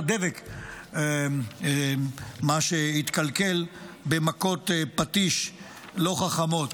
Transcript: דבק של מה שהתקלקל במכות פטיש לא חכמות.